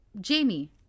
Jamie